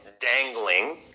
dangling